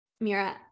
Mira